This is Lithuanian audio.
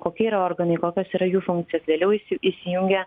kokie yra organai kokios yra jų funkcijos vėliau įsi įsijungia